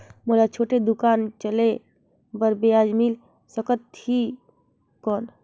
मोला छोटे दुकान चले बर ब्याज मिल सकत ही कौन?